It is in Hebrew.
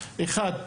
אחד,